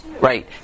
right